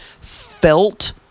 felt